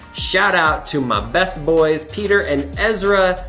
shout-out to my best boys, peter and ezra.